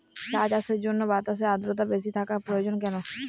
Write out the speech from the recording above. চা চাষের জন্য বাতাসে আর্দ্রতা বেশি থাকা প্রয়োজন কেন?